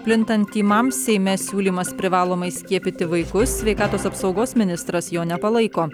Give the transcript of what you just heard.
plintant tymams seime siūlymas privalomai skiepyti vaikus sveikatos apsaugos ministras jo nepalaiko